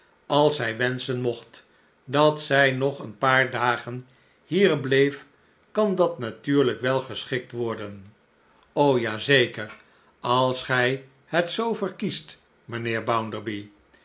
als hij wenschen mocht dat zij nog een paar dagen hier bleef kan dat natuurlijk wel geschikt worden s o ja zeker als gij het zoo verkiest mijnheer